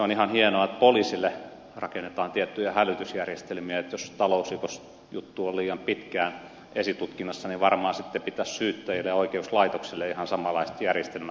on ihan hienoa että poliisille rakennetaan tiettyjä hälytysjärjestelmiä jos talousrikosjuttu on liian pitkään esitutkinnassa varmaan sitten pitäisi syyttäjille ja oikeuslaitokselle ihan samanlaiset järjestelmät saada